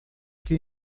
que